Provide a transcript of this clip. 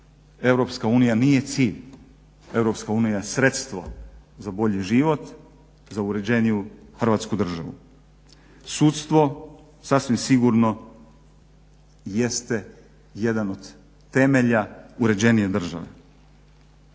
EU, EU nije cilj. EU je sredstvo za bolji život, za uređeniju Hrvatsku državu. Sudstvo sasvim sigurno jeste jedan od temelja uređenije države.